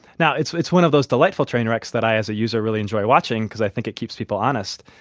now it's it's one of those delightful train wrecks that i, as a user, really enjoy watching because i think it keeps people honest.